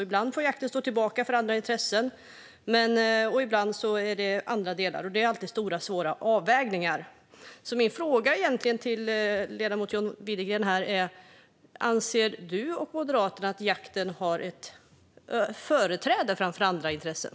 Ibland får jakten stå tillbaka för andra intressen, och ibland gäller det för andra delar. Det är alltid stora, svåra avvägningar. Min fråga till ledamoten John Widegren är: Anser du och Moderaterna att jakten har företräde framför andra intressen?